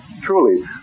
truly